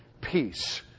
peace